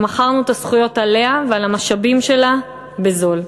ומכרנו את הזכויות עליה ועל המשאבים שלה בזול.